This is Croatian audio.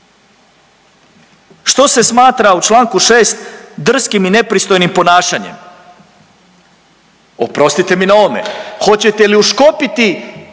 Što se smatra u čl. 6 drskim i nepristojnim ponašanjem? Oprostite mi na ovome, hoćete li uškopiti